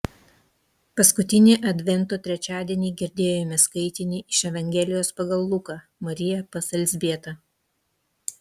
paskutinį advento trečiadienį girdėjome skaitinį iš evangelijos pagal luką marija pas elzbietą